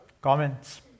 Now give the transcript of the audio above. Comments